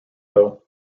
though